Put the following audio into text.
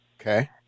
Okay